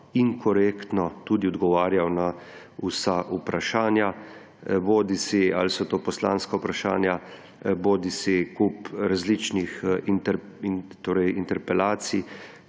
in korektno tudi odgovarjal na vsa vprašanja. Bodisi so to poslanska vprašanja bodisi kup različnih interpelacij,